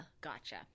Gotcha